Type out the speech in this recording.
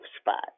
spot